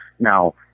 Now